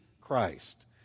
Christ